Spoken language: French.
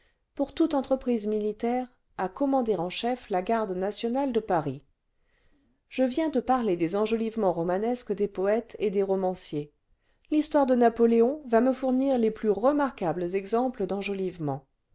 pour toute entreprise militaire à commander en chef la garde nationale de paris je viens de parler des enjolivements romanesques des poètes et des romanciers l'histoire de napoléon va me fournir les plus remarquables exemples d'enjolivements